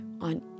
On